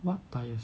what tyres